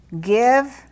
Give